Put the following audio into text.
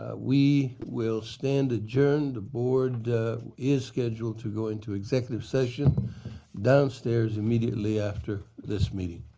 we will stand adjourned. the board is scheduled to go into executive session downstairs immediately after this meeting.